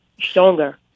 Stronger